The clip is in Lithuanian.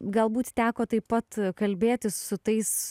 galbūt teko taip pat kalbėtis su tais